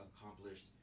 accomplished